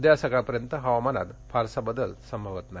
उद्या सकाळपर्यंत हवामानात फारसा बदल संभवत नाही